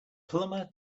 plumber